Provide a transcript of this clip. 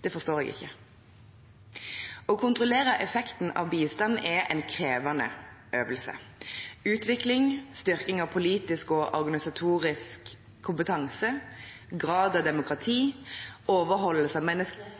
Det forstår jeg ikke. Å kontrollere effekten av bistand er en krevende øvelse. Utvikling, styrking av politisk og organisatorisk kompetanse, grad av demokrati, overholdelse av menneskerettigheter